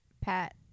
Pat